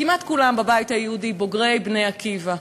כמעט כולם בבית היהודי הם בוגרי "בני עקיבא",